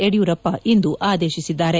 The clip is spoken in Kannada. ಯಡಿಯೂರಪ್ಪ ಇಂದು ಆದೇಶಿಸಿದ್ದಾರೆ